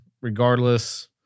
regardless